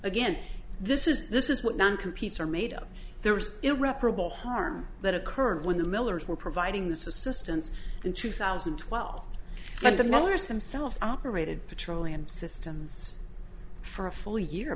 again this is this is what none competes are made up there was irreparable harm that occurred when the millers were providing this assistance in two thousand and twelve but the millers themselves operated petroleum systems for a full year